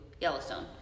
Yellowstone